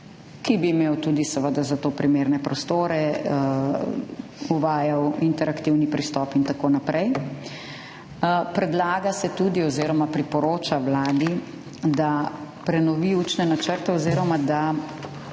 ki bi imel tudi seveda za to primerne prostore, bi uvajal interaktivni pristop in tako naprej. Predlaga se tudi oziroma priporoča Vladi, da prenovi učne načrte oziroma da